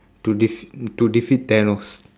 to defeat to defeat thanos